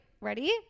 Ready